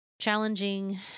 challenging